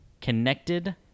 connected